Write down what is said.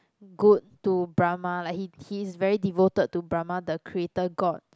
good to Brahma like he he is very devoted to Brahma the creator God